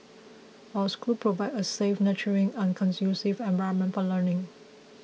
our school provide a safe nurturing and conducive environment for learning